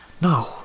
No